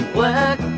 work